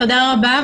תודה רבה.